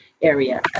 Area